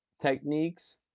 techniques